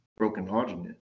brokenheartedness